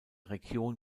region